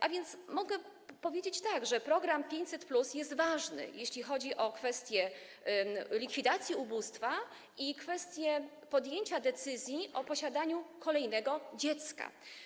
A więc mogę powiedzieć tak, że program 500+ jest ważny, jeśli chodzi o kwestię likwidacji ubóstwa i kwestię podjęcia decyzji o posiadaniu kolejnego dziecka.